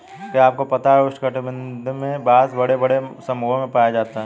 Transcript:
क्या आपको पता है उष्ण कटिबंध में बाँस बड़े बड़े समूहों में पाया जाता है?